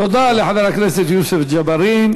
תודה לחבר הכנסת יוסף ג'בארין.